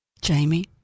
Jamie